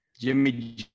Jimmy